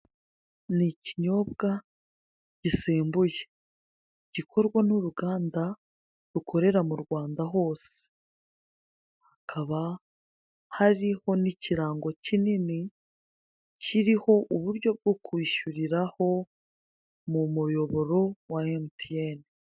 Ni ikinyobwa gisembuye gikorwa n'uruganda rukorera mu Rwanda hose, hakaba hariho n'ikirango kinini hariho n'uburyo bwo kwishyuriraho mu muyoboro wa emutiyene.